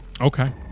Okay